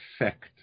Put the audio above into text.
effect